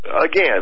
again